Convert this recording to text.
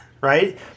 right